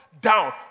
down